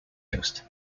coast